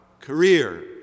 career